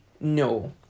no